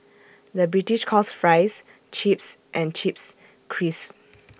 the British calls Fries Chips and Chips Crisps